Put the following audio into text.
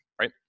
right